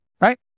right